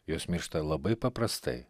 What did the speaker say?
jos miršta labai paprastai